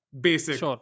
basic